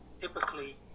typically